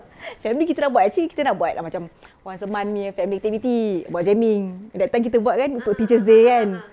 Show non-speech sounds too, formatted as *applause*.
*breath* family kita nak buat actually kita nak buat ah macam once a month punya family activity buat jamming that time kita buat kan untuk teacher's day kan